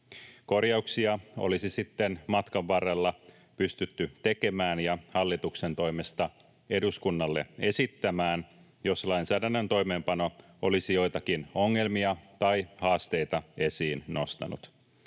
Korjauksia olisi sitten matkan varrella pystytty tekemään ja hallituksen toimesta eduskunnalle esittämään, jos lainsäädännön toimeenpano olisi joitakin ongelmia tai haasteita esiin nostanut.